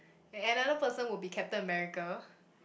and another person would be Captain-America